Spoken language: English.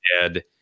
dead